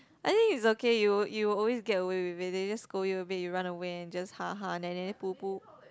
I think it's okay you will you will always get away with it they'll just scold you a bit you run away and just ha ha nanny nanny poo poo